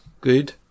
good